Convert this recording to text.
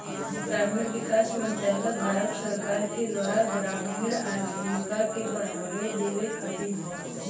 ग्रामीण विकास मंत्रालय भारत सरकार के द्वारा ग्रामीण आजीविका के बढ़ावा देवे खातिर हौ